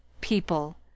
people